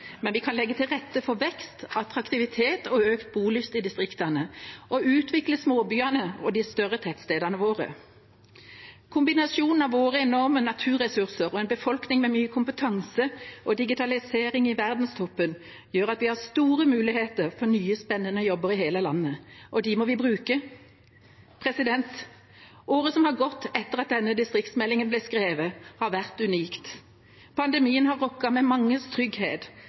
men vi kan legge til rette for vekst, attraktivitet og økt bolyst i distriktene og utvikle småbyene og de større tettstedene våre. Kombinasjonen av våre enorme naturressurser, en befolkning med mye kompetanse og digitalisering i verdenstoppen gjør at vi har store muligheter for nye, spennende jobber i hele landet, og dem må vi bruke. Året som har gått etter at denne distriktsmeldinga ble skrevet, har vært unikt. Pandemien har rokket ved manges trygghet,